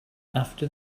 after